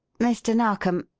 mr. narkom,